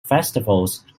festivals